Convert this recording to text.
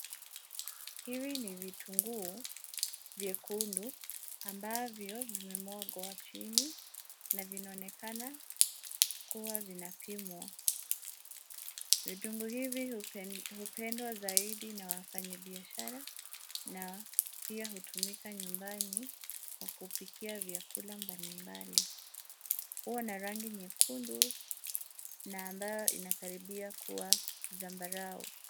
Hivi ni vitunguu, vyekundu, ambavyo vimemwagwa chini na vinaonekana, kuwa vinapimwa. Vitunguu hivi hupendwa zaidi na wafanyabiashara na pia hutumika nyumbani, kwa kupikia vyakula mbalimbali. Huwa na rangi nyekundu na ambayo inakaribia kuwa zambarau.